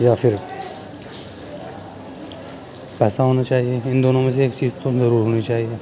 یا پھر پیسہ ہونا چاہیے ان دونوں میں سے ایک چیز تو ضرور ہونی چاہیے